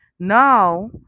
Now